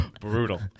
Brutal